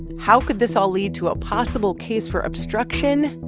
how could this all lead to a possible case for obstruction,